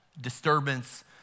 disturbance